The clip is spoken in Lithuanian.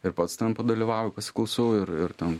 ir pats ten padalyvauju pasiklausau ir ir ten